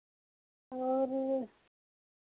और